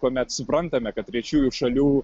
kuomet suprantame kad trečiųjų šalių